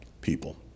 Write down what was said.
people